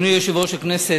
אדוני יושב-ראש הכנסת,